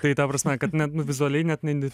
tai ta prasme kad ne vizualiai net ne